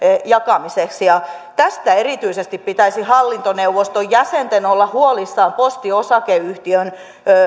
jakamiseksi tästä erityisesti pitäisi hallintoneuvoston jäsenten olla huolissaan posti osakeyhtiön